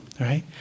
Right